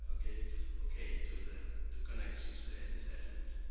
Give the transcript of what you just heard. ah gave okay to the the connection to the nsfnet.